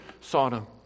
Sodom